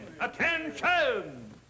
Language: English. Attention